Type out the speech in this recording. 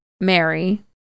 Mary